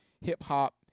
hip-hop